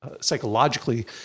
psychologically